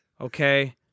Okay